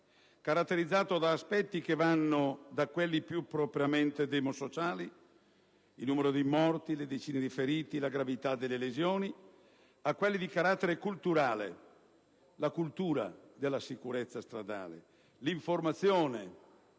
caratterizzato da aspetti che vanno da quelli più propriamente demosociali (il numero di morti e di feriti e la gravità delle lesioni), a quelli di carattere culturale (la cultura della sicurezza stradale, l'informazione,